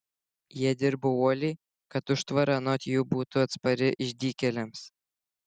jie dirbo uoliai kad užtvara anot jų būtų atspari išdykėliams